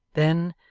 then,